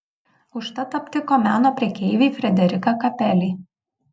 užtat aptiko meno prekeivį frederiką kapelį